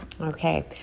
Okay